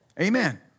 Amen